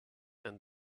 and